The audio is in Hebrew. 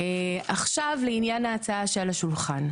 עכשיו לעניין ההצעה שעל השולחן,